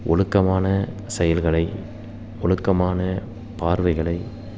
ஒழுக்கமான செயல்களை ஒழுக்கமான பார்வைகளை